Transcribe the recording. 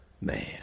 man